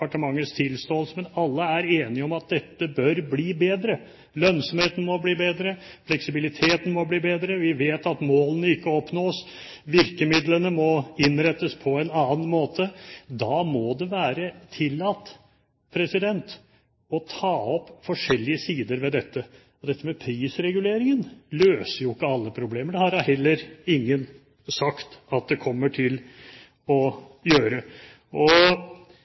tilståelse, og alle er enige om at dette bør bli bedre. Lønnsomheten må bli bedre, fleksibiliteten må bli bedre, vi vet at målene ikke oppnås, virkemidlene må innrettes på en annen måte, og da må det være tillatt å ta opp forskjellige sider ved dette. For dette med prisreguleringen løser jo ikke alle problemer. Det har da heller ingen sagt at det kommer til å gjøre.